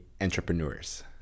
entrepreneurs